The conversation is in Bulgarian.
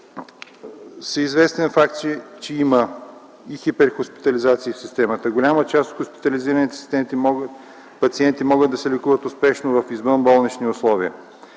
всеизвестен факт е, че има и хипер хоспитализации в системата. Голяма част от хоспитализираните пациенти могат да се лекуват успешно в извънболнични условия.